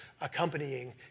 accompanying